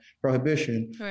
prohibition